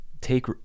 take